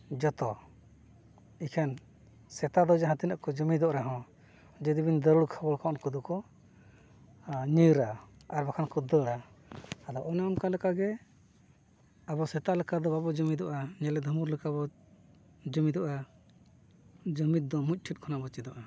ᱡᱚᱛᱚ ᱮᱠᱷᱮᱱ ᱥᱮᱛᱟ ᱫᱚ ᱡᱟᱦᱟᱸ ᱛᱤᱱᱟᱹᱜ ᱠᱚ ᱡᱩᱢᱤᱫᱚᱜ ᱨᱮᱦᱚᱸ ᱡᱩᱫᱤᱵᱤᱱ ᱫᱟᱹᱨᱩᱲ ᱠᱚ ᱠᱷᱟᱱ ᱩᱱᱠᱩ ᱫᱚᱠᱚ ᱧᱤᱨᱟ ᱟᱨ ᱵᱟᱠᱷᱟᱱ ᱠᱚ ᱫᱟᱹᱲᱟ ᱟᱫᱚ ᱚᱱᱮ ᱚᱱᱠᱟ ᱞᱮᱠᱟᱜᱮ ᱟᱵᱚ ᱥᱮᱛᱟ ᱞᱮᱠᱟ ᱫᱚ ᱵᱟᱵᱚᱱ ᱡᱩᱢᱤᱫᱚᱜᱼᱟ ᱧᱮᱞᱮ ᱫᱩᱢᱩᱨ ᱞᱮᱠᱟ ᱵᱚᱱ ᱡᱩᱢᱤᱫᱚᱜᱼᱟ ᱡᱩᱢᱤᱫ ᱫᱚ ᱢᱩᱪ ᱴᱷᱮᱱ ᱠᱷᱚᱱᱟᱜ ᱵᱚᱱ ᱪᱮᱫᱚᱜᱼᱟ